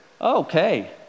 okay